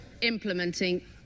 implementing